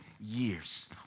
years